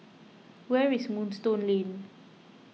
where is Moonstone Lane